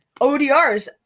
ODRs